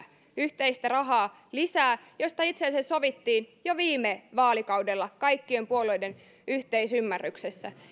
yhteistä rahaa lisää josta itse asiassa sovittiin jo viime vaalikaudella kaikkien puolueiden yhteisymmärryksessä